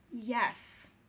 yes